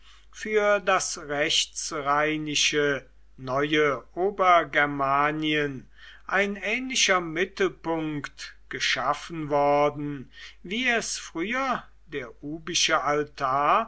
für das rechtsrheinische neue obergermanien ein ähnlicher mittelpunkt geschaffen worden wie es früher der ubische altar